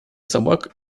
собак